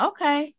Okay